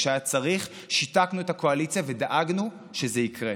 כשהיה צריך, שיתקנו את הקואליציה ודאגנו שזה יקרה.